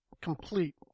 complete